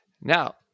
now